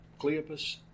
Cleopas